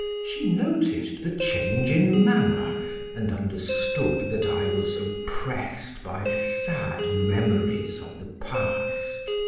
she noticed the change in manner and understood that i was oppressed by sad memories of the past.